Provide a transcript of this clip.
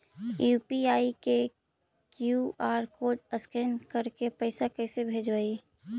UPI के QR code scan करके पैसा कैसे भेजबइ?